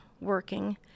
working